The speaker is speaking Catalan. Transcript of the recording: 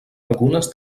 algunes